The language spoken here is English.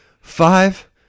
five